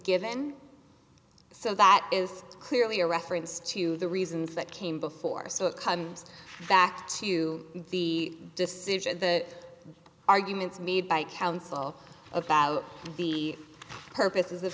given so that is clearly a reference to the reasons that came before so it comes back to the decision the arguments made by counsel about the purposes of